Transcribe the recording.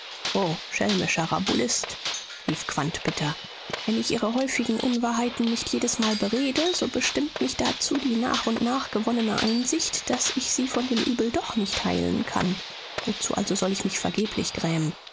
rabulist rief quandt bitter wenn ich ihre häufigen unwahrheiten nicht jedesmal berede so bestimmt mich dazu die nach und nach gewonnene einsicht daß ich sie von dem übel doch nicht heilen kann wozu also soll ich mich vergeblich grämen